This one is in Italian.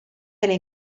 delle